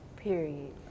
Period